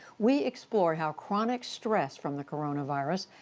we explore how chronic stress from the coronavirus,